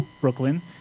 Brooklyn